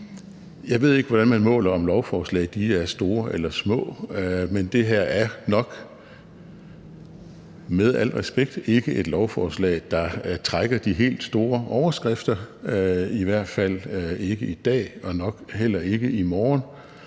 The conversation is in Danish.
Jeg ved ikke, hvordan man måler, om lovforslag er store eller små, men det her er nok med al respekt ikke et lovforslag, der trækker de helt store overskrifter, i hvert fald ikke i dag og nok heller ikke i morgen